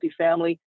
multifamily